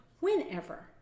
whenever